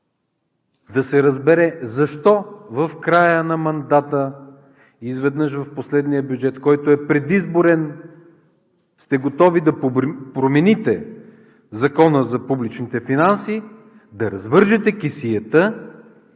да се разбере защо в края на мандата изведнъж в последния бюджет, който е предизборен, сте готови да промените Закона за публичните финанси, да развържете кесията,